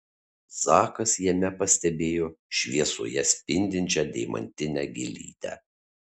zakas jame pastebėjo šviesoje spindinčią deimantinę gėlytę